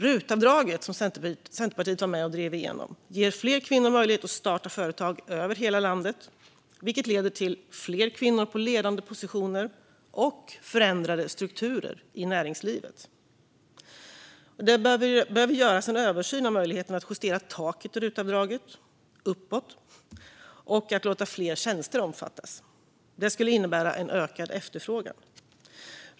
Rutavdraget, som Centerpartiet var med och drev igenom, ger fler kvinnor möjlighet att starta företag över hela landet, vilket leder till fler kvinnor på ledande positioner och förändrade strukturer i näringslivet. Det behöver göras en översyn av möjligheterna att justera taket i rutavdraget uppåt och att låta fler tjänster omfattas. Det skulle innebära en ökad efterfrågan.